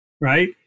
right